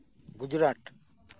Gujarat